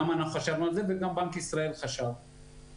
גם אנחנו חשבנו על זה וגם בנק ישראל חשב על זה.